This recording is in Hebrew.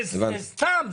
זה סתם.